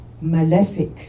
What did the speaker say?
malefic